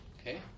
Okay